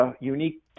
unique